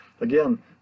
Again